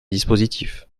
dispositif